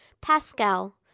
pascal